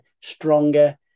stronger